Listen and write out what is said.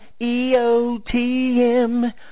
EOTM